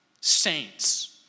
saints